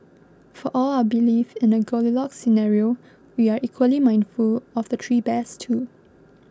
for all our belief in a Goldilocks scenario we are equally mindful of the three bears too